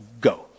Go